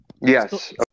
Yes